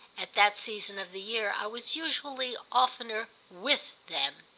at that season of the year i was usually oftener with them.